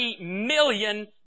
million